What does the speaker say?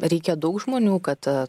reikia daug žmonių kad